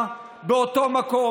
הדבר הזה קורה כבר פעם שנייה באותו מקום.